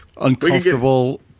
Uncomfortable